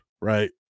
right